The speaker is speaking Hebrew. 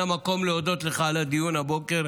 להודות לך על הדיון הבוקר,